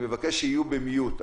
שיהיו ב-mute.